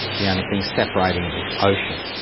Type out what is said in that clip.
the only thing separating is ocean.